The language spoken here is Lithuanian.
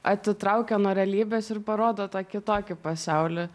atitraukia nuo realybės ir parodo tą kitokį pasaulį